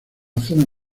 zona